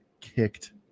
kicked